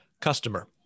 customer